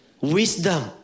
Wisdom